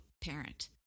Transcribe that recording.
parent